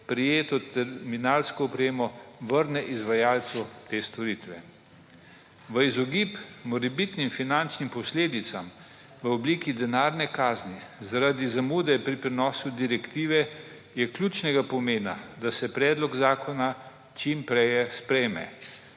prijeto terminalsko opremo vrne izvajalcu te storitve. V izogib morebitnim finančnim posledicam v obliki denarne kazni zaradi zamude pri prenosu direktive je ključnega pomena, da se predlog zakona čim prej sprejme,